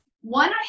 One